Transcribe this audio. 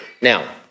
Now